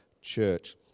church